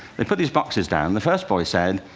they put these boxes down, and the first boy said,